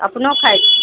अपनो खाइत छी